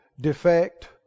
defect